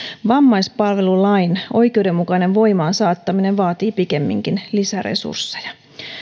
vammaispalvelulain oikeudenmukainen voimaansaattaminen vaatii pikemminkin lisäresursseja